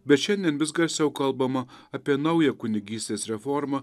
bet šiandien vis garsiau kalbama apie naują kunigystės reformą